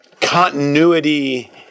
continuity